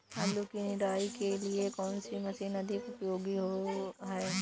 आलू की निराई के लिए कौन सी मशीन अधिक उपयोगी है?